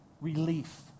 relief